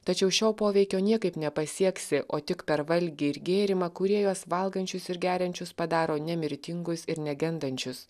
tačiau šio poveikio niekaip nepasieksi o tik per valgį ir gėrimą kurie juos valgančius ir geriančius padaro nemirtingus ir negendančius